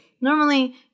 normally